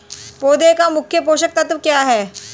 पौधे का मुख्य पोषक तत्व क्या हैं?